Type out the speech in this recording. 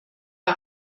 bei